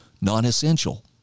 non-essential